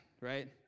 right